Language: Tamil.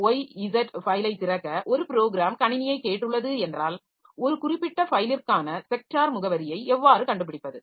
x y z ஃபைலை திறக்க ஒரு ப்ரோகிராம் கணினியைக் கேட்டுள்ளது என்றால் ஒரு குறிப்பிட்ட ஃபைலிற்கான ஸெக்டார் முகவரியை எவ்வாறு கண்டுபிடிப்பது